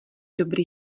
dobrý